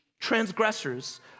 transgressors